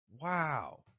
Wow